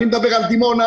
אני מדבר על דימונה,